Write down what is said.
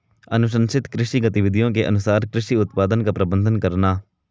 अनुशंसित कृषि गतिविधियों के अनुसार कृषि उत्पादन का प्रबंधन करना